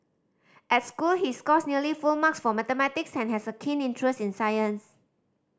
at school he scores nearly full marks for mathematics and has a keen interest in science